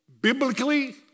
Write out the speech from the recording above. biblically